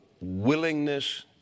willingness